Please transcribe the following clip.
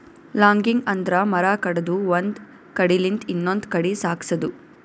logging ಅಂದ್ರ ಮರ ಕಡದು ಒಂದ್ ಕಡಿಲಿಂತ್ ಇನ್ನೊಂದ್ ಕಡಿ ಸಾಗ್ಸದು